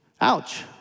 Ouch